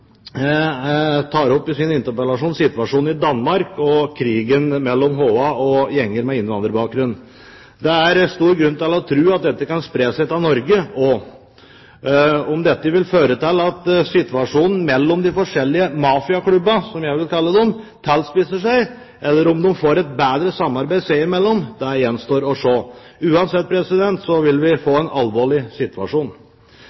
tar i sin interpellasjon opp situasjonen i Danmark og krigen mellom HA og gjenger med innvandrerbakgrunn. Det er stor grunn til å tro at dette kan spre seg til Norge også. Om dette vil føre til at situasjonen mellom de forskjellige mafiaklubbene, som jeg vil kalle dem, tilspisser seg, eller om de får et bedre samarbeid seg imellom, gjenstår å se. Uansett vil vi